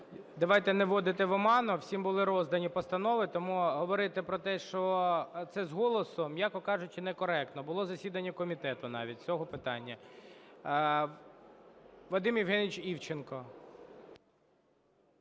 Давайте не вводити в оману, всім були роздані постанови, тому говорити про те, що це з голосу, м’яко кажучи, некоректно. Було засідання комітету навіть з цього питання. Вадим Євгенійович Івченко.